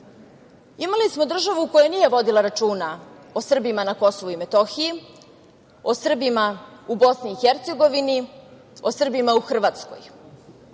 Imali smo državu koja nije vodila računa o Srbima na Kosovu i Metohiji, o Srbima u Bosni i Hercegovini, o Srbima u Hrvatskoj.